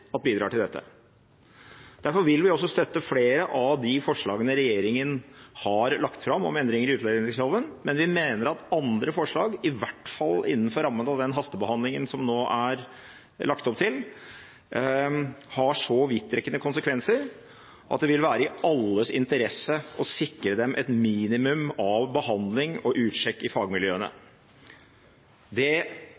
bidrar til dette. Derfor vil vi også støtte flere av de forslagene regjeringen har lagt fram om endringer i utlendingsloven, men vi mener at andre forslag i hvert fall innenfor rammen av den hastebehandlingen som det nå er lagt opp til, har så vidtrekkende konsekvenser at det vil være i alles interesse å sikre dem et minimum av behandling og utsjekk i fagmiljøene. Det